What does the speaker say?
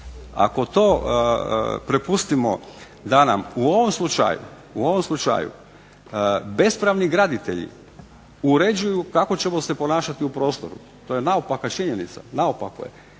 Ako to prepustimo da nam u ovom slučaju bespravni graditelji uređuju kako ćemo se ponašati u prostoru to je naopaka činjenica, naopako je.